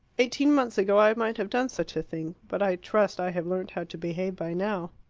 eighteen months ago i might have done such a thing. but i trust i have learnt how to behave by now.